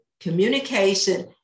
communication